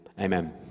amen